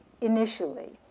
initially